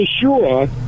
sure